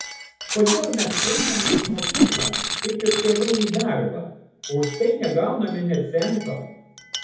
kodėl mes einame į mokyklą kaip ir tėvai į darbą o už tai negauname nė cento